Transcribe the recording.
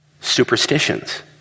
superstitions